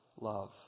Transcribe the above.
love